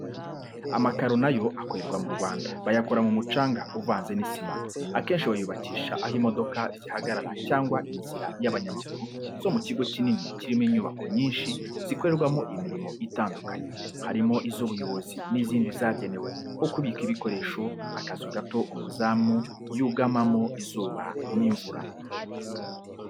Amakaro na yo akorerwa mu Rwanda, bayakora mu mucanga uvanze n'isima, akenshi bayubakisha aho imodoka zihagarara cyangwa inzira y'abanyamaguru zo mu kigo kinini kirimo inyubako nyinshi zikorerwamo imirimo itandukanye, harimo iz'ubuyobozi n'izindi zagenewe nko kubika ibikoresho, akazu gato umuzamu yugamamo izuba n'imvura.